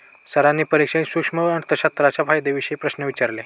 सरांनी परीक्षेत सूक्ष्म अर्थशास्त्राच्या फायद्यांविषयी प्रश्न विचारले